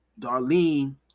Darlene